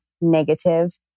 negative